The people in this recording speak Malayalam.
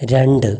രണ്ട്